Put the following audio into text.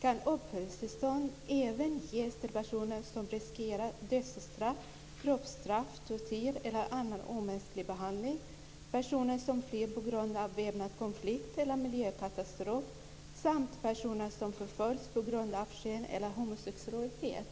kan uppehållstillstånd även ges till personer som riskerar dödsstraff, kroppsstraff, tortyr eller annan omänsklig behandling, personer som flyr på grund av väpnad konflikt eller miljökatastrof samt personer som förföljs på grund av kön eller homosexualitet."